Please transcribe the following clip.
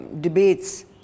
debates